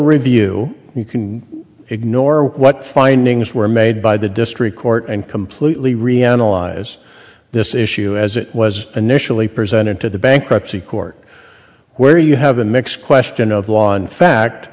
review you can ignore what findings were made by the district court and completely reanalyze this issue as it was initially presented to the bankruptcy court where you have a mix question of law in fact